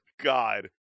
God